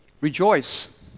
Rejoice